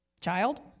child